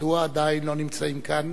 מדוע עדיין לא נמצאים כאן